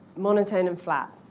monotone and flat,